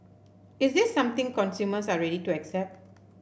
is this something consumers are ready to accept